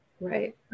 Right